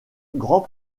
grands